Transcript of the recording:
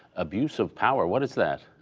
abuse of power, what is that?